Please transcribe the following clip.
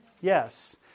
Yes